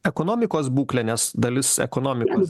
ekonomikos būklę nes dalis ekonomikos